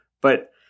But-